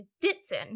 Ditson